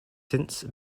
since